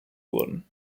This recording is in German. wurden